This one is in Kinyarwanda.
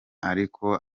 ariko